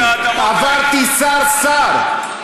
עברתי שר-שר,